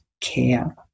care